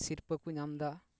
ᱥᱤᱨᱯᱟᱹ ᱠᱚ ᱧᱟᱢᱫᱟ